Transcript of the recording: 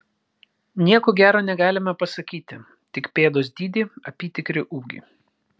nieko gero negalime pasakyti tik pėdos dydį apytikrį ūgį